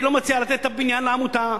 אני לא מציע לתת את הבניין לעמותה.